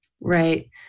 right